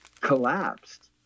collapsed